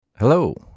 Hello